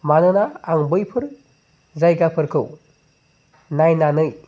मानोना आं बैफोर जायगाफोरखौ नायनानै